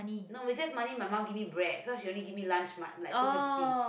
no recess money my mum give me bread so she only give lunch much like two fifty